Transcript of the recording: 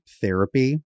therapy